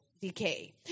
decay